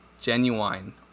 genuine